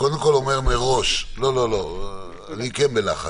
אני בלחץ.